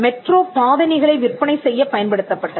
metro பாதணிகளை விற்பனை செய்யப் பயன்படுத்தப்பட்டது